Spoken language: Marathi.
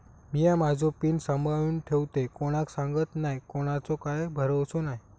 मिया माझो पिन सांभाळुन ठेवतय कोणाक सांगत नाय कोणाचो काय भरवसो नाय